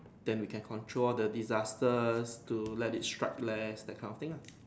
then we can control the disasters to let it strike less that kind of thing ah